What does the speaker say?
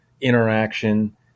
interaction